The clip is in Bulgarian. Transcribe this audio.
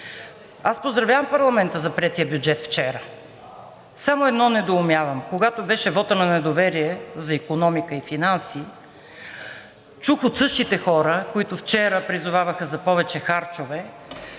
Аз поздравявам парламента за приетия бюджет вчера. Само едно недоумявам – когато беше вотът на недоверие за икономика и финанси, чух от същите хора, които вчера призоваваха за повече харчове,